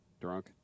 drunk